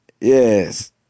Yes